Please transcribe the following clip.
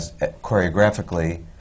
choreographically